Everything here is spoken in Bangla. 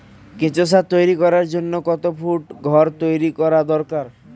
কেঁচো সার তৈরি করার জন্য কত ফুট ঘর তৈরি করা দরকার?